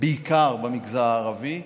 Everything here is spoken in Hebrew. בעיקר במגזר הערבי.